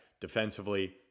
Defensively